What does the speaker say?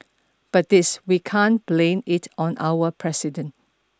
but this we can't blame it on our president